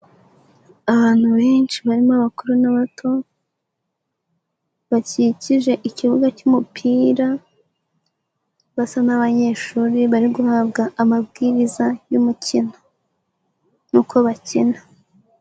Abantu benshi barimo abakuru n'abato bakikije ikibuga cy'umupira, basa n'abanyeshuri bari guhabwa amabwiriza y'umukino n'uko bakina.